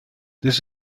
this